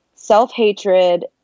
self-hatred